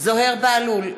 זוהיר בהלול,